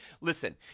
Listen